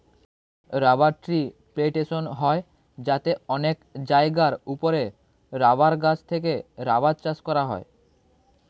rubber tree plantation হয় যাতে অনেক জায়গার উপরে রাবার গাছ থেকে রাবার চাষ করা হয়